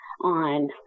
on